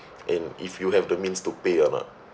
and if you have the means to pay or not